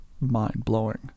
mind-blowing